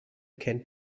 kennt